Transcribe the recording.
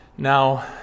Now